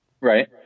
Right